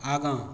आगाँ